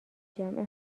جمع